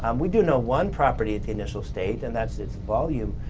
um we do know one property at the initial state and that its volume,